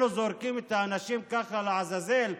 אנחנו זורקים את האנשים ככה לעזאזל?